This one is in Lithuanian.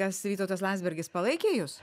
nes vytautas landsbergis palaikė jus